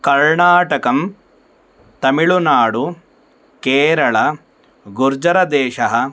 कर्णाटकं तमिळुनाडु केरळ गुर्जरदेशः